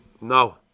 No